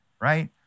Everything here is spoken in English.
right